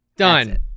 Done